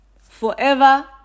forever